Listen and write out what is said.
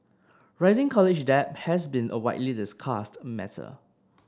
rising college debt has been a widely discussed matter